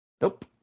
Nope